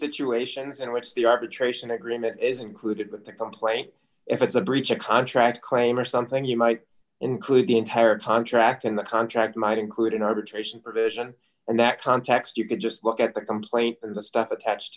situations in which the arbitration agreement is included with the complaint if it's a breach of contract claim or something you might include the entire contract in the contract might include an arbitration provision in that context you could just look at the complaint and the stuff attached